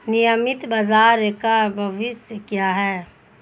नियमित बाजार का भविष्य क्या है?